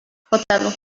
fotelu